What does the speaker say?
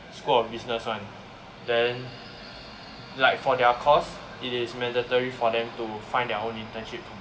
school of business [one] then like for their course it is mandatory for them to find their own internship